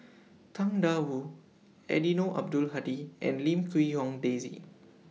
Tang DA Wu Eddino Abdul Hadi and Lim Quee Hong Daisy